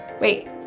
Wait